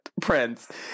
Prince